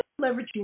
leveraging